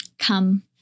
come